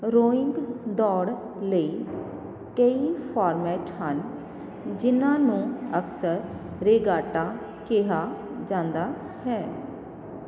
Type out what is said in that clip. rowing ਦੌੜ ਲਈ ਕਈ ਫੋਰਮੈਟ ਹਨ ਜਿਨ੍ਹਾਂ ਨੂੰ ਅਕਸਰ ਰੇਗਾਟਾ ਕਿਹਾ ਜਾਂਦਾ ਹੈ